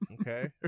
Okay